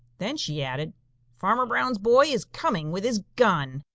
then she added farmer brown's boy is coming with his gun.